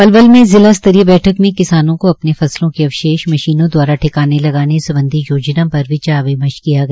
पलवल में जिला स्त्रीय बैठक में किसानों को अपने फसलों के अवशेष मशीनों दवारा ठिकाने लगाने सम्बधी योजना पर विचार किया गया